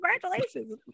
congratulations